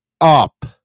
up